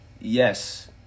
Yes